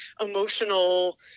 emotional